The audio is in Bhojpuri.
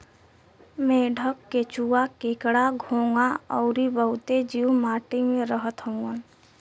मेंढक, केंचुआ, केकड़ा, घोंघा अउरी बहुते जीव माटी में रहत हउवन